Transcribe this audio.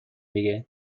دیگه